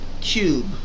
cube